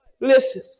Listen